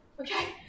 Okay